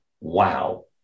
Wow